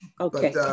Okay